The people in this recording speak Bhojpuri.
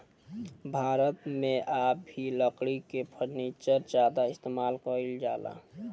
भारत मे आ भी लकड़ी के फर्नीचर ज्यादा इस्तेमाल कईल जाला